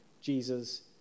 Jesus